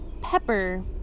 pepper